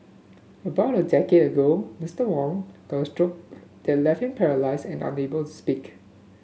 about a decade ago Mister Wong got a stroke that left him paralysed and unable to speak